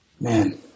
Man